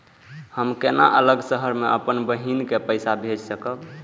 हम केना अलग शहर से अपन बहिन के पैसा भेज सकब?